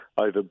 over